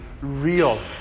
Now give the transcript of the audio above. real